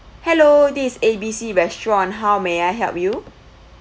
hello this is A B C restaurant how may I help you